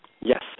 Yes